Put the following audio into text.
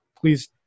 please